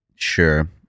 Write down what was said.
sure